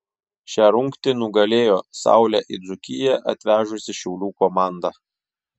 šią rungtį nugalėjo saulę į dzūkiją atvežusi šiaulių komanda